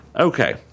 Okay